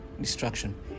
destruction